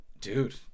Dude